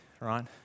right